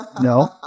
No